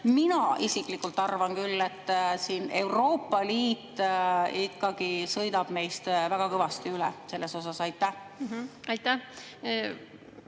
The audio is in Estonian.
Mina isiklikult arvan küll, et siin Euroopa Liit ikkagi sõidab meist väga kõvasti üle selles osas. Aitäh!